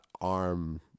arm